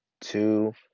two